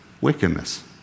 wickedness